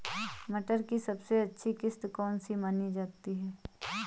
मटर की सबसे अच्छी किश्त कौन सी मानी जाती है?